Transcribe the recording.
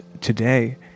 today